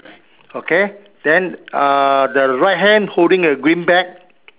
okay then uh the right hand holding a green bag